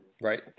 Right